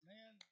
Man